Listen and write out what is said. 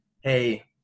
hey